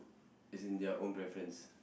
as in their own preference